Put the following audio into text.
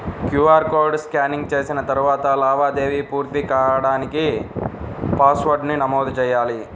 QR code scanning చేసిన తరువాత లావాదేవీ పూర్తి కాడానికి పాస్వర్డ్ను నమోదు చెయ్యాలి